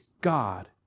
God